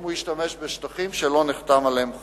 אם הוא השתמש בשטחים שלא נחתם עליהם חוזה.